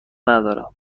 ندارم